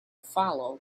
follow